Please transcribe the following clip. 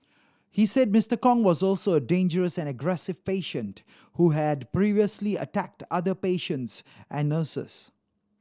he said Mister Kong was also a dangerous and aggressive patient who had previously attacked other patients and nurses